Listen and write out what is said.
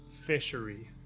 fishery